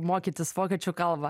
mokytis vokiečių kalbą